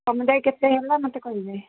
ସମୁଦାୟ କେତେ ହେଲା ମୋତେ କହିବେ